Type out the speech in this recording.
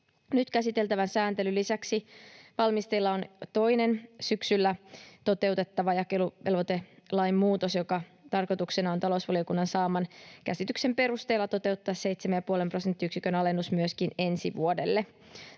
Nyt käsiteltävän sääntelyn lisäksi valmisteilla on toinen, syksyllä toteutettava jakeluvelvoitelainmuutos, jonka tarkoituksena on talousvaliokunnan saaman käsityksen perusteella toteuttaa 7,5 prosenttiyksikön alennus myöskin ensi vuodelle.